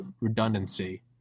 redundancy